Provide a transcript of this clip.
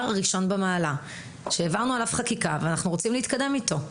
הראשון במעלה שהעברנו עליו חקיקה ואנחנו רוצים להתקדם איתו.